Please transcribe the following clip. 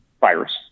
virus